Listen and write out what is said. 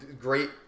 great